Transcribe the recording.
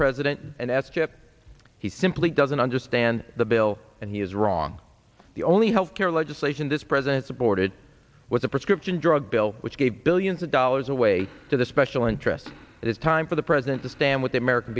president and s chip he simply doesn't understand the bill and he is wrong the only health care legislation this president supported was a prescription drug bill which gave billions of dollars away to the special interests it's time for the president to stand with the american